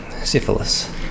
syphilis